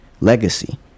legacy